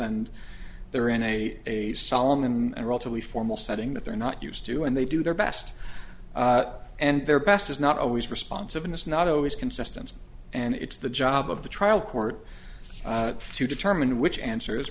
and they're in a a solemn and relatively formal setting that they're not used to and they do their best and their best is not always responsive and it's not always consistent and it's the job of the trial court to determine which answers